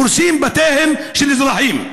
הורסים את בתיהם של אזרחים.